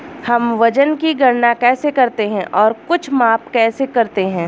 हम वजन की गणना कैसे करते हैं और कुछ माप कैसे करते हैं?